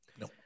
No